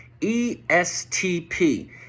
ESTP